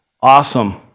awesome